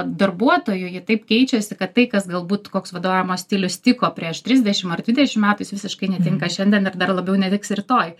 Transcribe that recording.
darbuotojų ji taip keičiasi kad tai kas galbūt koks vadovavimo stilius tiko prieš trisdešim ar dvidešim metų jis visiškai netinka šiandien ir dar labiau netiks rytoj